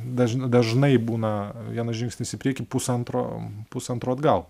daž dažnai būna vienas žingsnis į priekį pusantro pusantro atgal